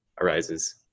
arises